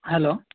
hello